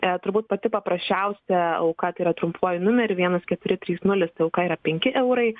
turbūt pati paprasčiausia auka tai yra trumpuoju numeriu vienas keturi trys nulis auka yra penki eurai